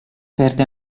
perde